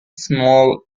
small